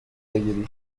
بگیری